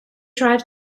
tribes